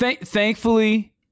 thankfully